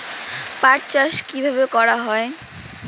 পাট চাষ কীভাবে করা হয়?